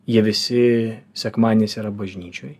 jie visi sekmadieniais yra bažnyčioj